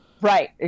Right